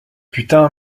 putain